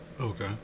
Okay